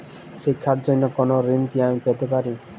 শিক্ষার জন্য কোনো ঋণ কি আমি পেতে পারি?